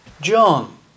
John